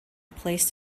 placed